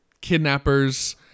kidnappers